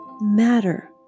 matter